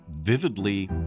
vividly